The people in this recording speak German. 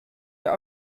wir